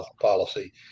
policy